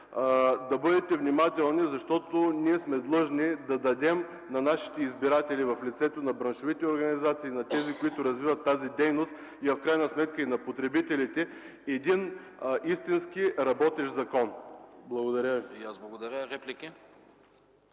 да бъдете внимателни. Ние сме длъжни да дадем на нашите избиратели в лицето на браншовите организации, на тези, които развиват дейност, но в крайна сметка и на потребителите, един наистина работещ закон. Благодаря ви.